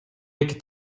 эки